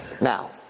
Now